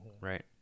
right